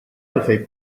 għalfejn